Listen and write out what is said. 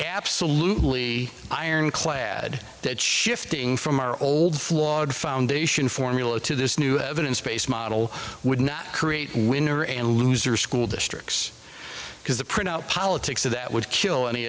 absolutely ironclad that shifting from our old flawed foundation formula to this new evidence based model would not create a winner and loser school districts because the print out politics of that would kill any